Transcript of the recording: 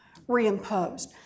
reimposed